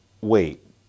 Wait